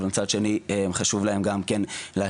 אבל מצד שני חשוב להם גם כן להשקיע